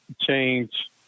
change